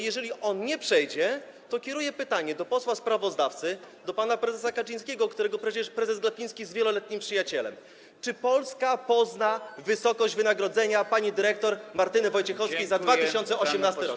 Jeżeli on nie przejdzie, to skieruję pytanie do posła sprawozdawcy, do pana prezesa Kaczyńskiego, którego przecież prezes Glapiński jest wieloletnim przyjacielem: Czy Polska pozna wysokość wynagrodzenia pani dyrektor Martyny Wojciechowskiej za 2018 r.